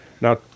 Now